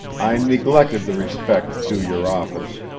i neglected the respect due your office.